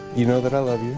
you know that i love.